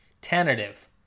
Tentative